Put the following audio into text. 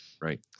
Right